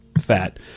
fat